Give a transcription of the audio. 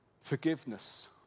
Forgiveness